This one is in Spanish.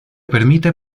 permite